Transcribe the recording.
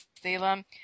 Salem